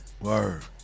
word